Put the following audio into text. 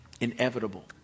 Inevitable